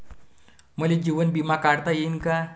मले जीवन बिमा काढता येईन का?